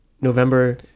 november